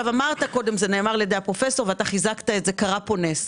אמרת קודם זה נאמר על ידי הפרופ' ואתה חיזקת את זה - קרה פה נס.